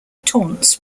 taunts